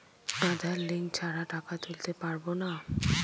আধার link ছাড়া টাকা তুলতে পারব না?